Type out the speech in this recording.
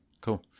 Cool